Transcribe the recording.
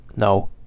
No